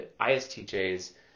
ISTJs